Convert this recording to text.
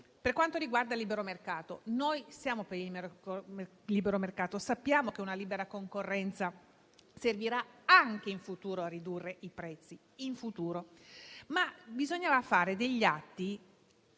Per quanto riguarda il libero mercato, noi siamo favorevoli e sappiamo che una libera concorrenza servirà anche in futuro a ridurre i prezzi, ma bisognava fare dei passi